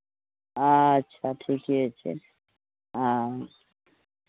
अच्छा ठीके छै हाँ